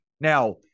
Now